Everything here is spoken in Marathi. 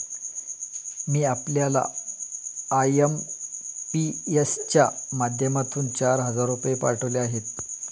मी आपल्याला आय.एम.पी.एस च्या माध्यमातून चार हजार रुपये पाठवले आहेत